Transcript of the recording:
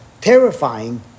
terrifying